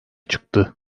çıktı